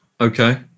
Okay